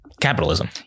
capitalism